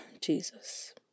jesus